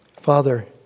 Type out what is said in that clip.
Father